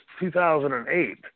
2008